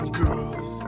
girls